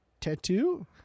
tattoo